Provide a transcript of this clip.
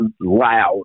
loud